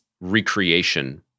recreation